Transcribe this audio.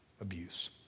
abuse